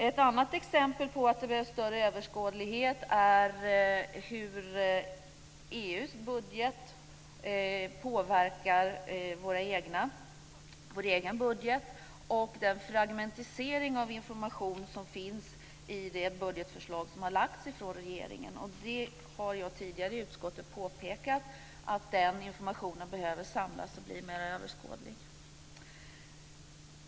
Ett annat exempel på att det behövs större överskådlighet är hur EU:s budget påverkar vår egen budget och den fragmentisering av information som finns i det budgetförslag som regeringen har lagt fram. Jag har tidigare påpekat i utskottet att den informationen behöver samlas och bli mer överskådlig.